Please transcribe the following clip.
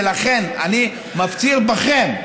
לכן אני מפציר בכם,